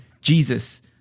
Jesus